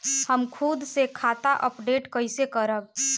हम खुद से खाता अपडेट कइसे करब?